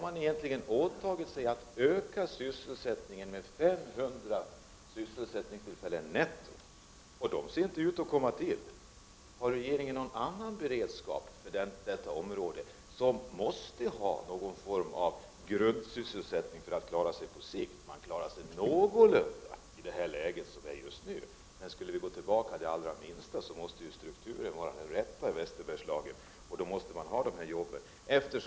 Man har åtagit sig att öka sysselsättningen med 500 sysselsättningstillfällen netto, men de ser inte ut att komma till stånd. Har regeringen någon annan beredskap för detta område, som måste ha någon form av grundsysselsättning för att klara sig på sikt? Västerbergslagen klarar sig någorlunda i nuvarande läge, men skulle konjunkturen gå tillbaka det allra minsta måste strukturen där vara den rätta. Därför måste de här jobben ordnas.